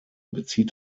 bezieht